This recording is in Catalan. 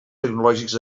tecnològics